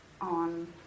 on